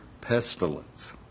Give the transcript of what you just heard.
pestilence